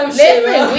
listen